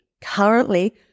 currently